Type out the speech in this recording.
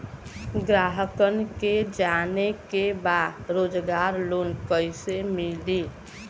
ग्राहक के जाने के बा रोजगार लोन कईसे मिली?